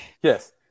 Yes